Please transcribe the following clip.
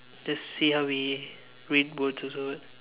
just see how we read words also